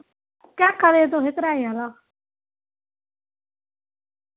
केह् आक्खा दे तुस आह्ला